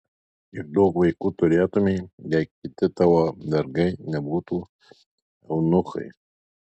kiek daug vaikų turėtumei jei kiti tavo vergai nebūtų eunuchai